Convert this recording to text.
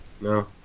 No